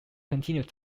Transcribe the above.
continued